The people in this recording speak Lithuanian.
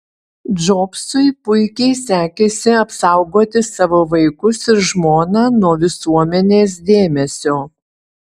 džobsui puikiai sekėsi apsaugoti savo vaikus ir žmoną nuo visuomenės dėmesio